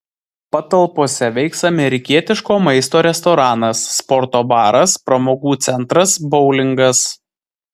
patalpose veiks amerikietiško maisto restoranas sporto baras pramogų centras boulingas